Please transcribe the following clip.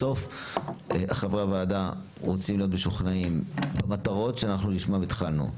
בסוף חברי הוועדה רוצים להיות משוכנעים במטרות שאנחנו לשמם התחלנו.